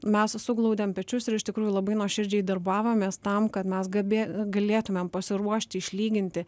mes suglaudėm pečius ir iš tikrųjų labai nuoširdžiai darbavomės tam kad mes gabė galėtumėm pasiruošti išlyginti